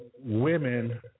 women